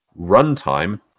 runtime